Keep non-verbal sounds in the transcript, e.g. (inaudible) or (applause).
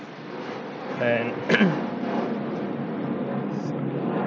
and (coughs)